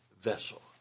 vessel